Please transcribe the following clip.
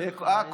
הזניחה.